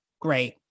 great